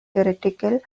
heretical